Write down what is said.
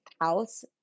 house